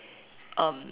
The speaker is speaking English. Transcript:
um